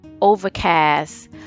overcast